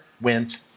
went